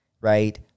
right